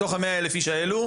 מתוך ה-100 אלף הללו,